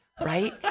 right